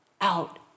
out